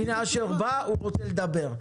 ידוע מה צריך לעשות.